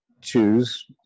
choose